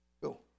Go